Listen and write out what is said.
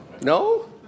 No